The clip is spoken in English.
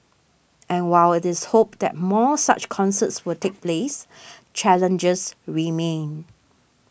and while it is hoped that more such concerts will take place challenges remain